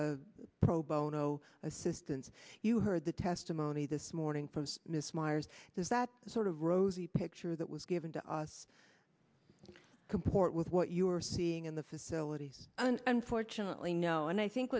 pro bono assistance you heard the testimony this morning from miss myers is that sort of rosy picture that was given to us comport with what you were seeing in the facilities and unfortunately no and i think